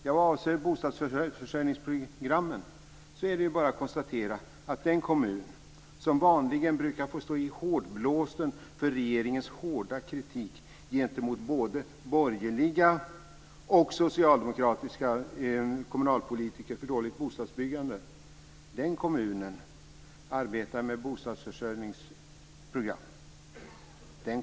Vad avser bostadsförsörjningsprogrammen är det bara att konstatera att den kommun som vanligen brukar få stå i hårdblåsten när det gäller regeringens hårda kritik gentemot både borgerliga och socialdemokratiska kommunalpolitiker för dåligt bostadsbyggande arbetar med bostadsförsörjningsprogram.